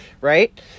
Right